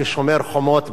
כשומר חומות בלבד.